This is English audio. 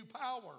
power